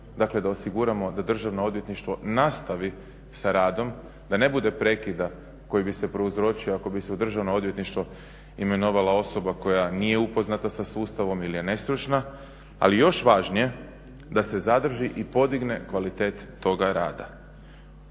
dakle da osiguramo da Državno odvjetništvo nastavi sa radom, da ne bude prekida koji bi se prouzročio ako bi se u Državno odvjetništvo imenovala osoba koja nije upoznata sa sustavom ili je nestručna, ali još važnije da se zadrži i podigne kvalitet toga rada.